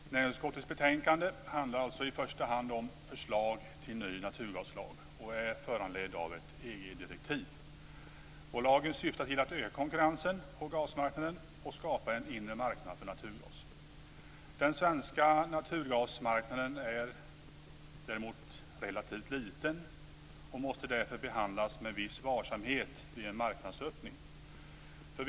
Fru talman! Näringsutskottets betänkande handlar alltså i första hand om förslag till en ny naturgaslag som är föranledd av ett EG-direktiv. Lagen syftar till att öka konkurrensen på gasmarknaden och skapa en inre marknad för naturgas. Den svenska naturgasmarknaden är relativt liten och måste därför behandlas med viss varsamhet vid en marknadsöppning.